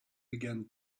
began